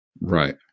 Right